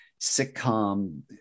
sitcom